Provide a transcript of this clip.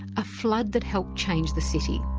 a flood that helped change the city.